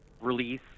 release